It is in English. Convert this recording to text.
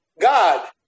God